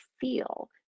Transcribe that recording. feel